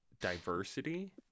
diversity